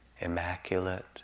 immaculate